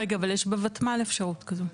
רגע אבל יש בותמ"ל אפשרות כזו.